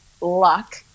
luck